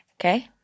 okay